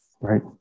Right